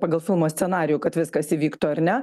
pagal filmo scenarijų kad viskas įvyktų ar ne